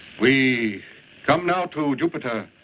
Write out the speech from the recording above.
we come now to jupiter.